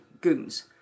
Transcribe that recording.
goons